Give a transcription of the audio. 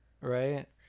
right